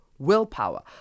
willpower